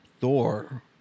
Thor